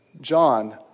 John